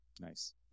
nice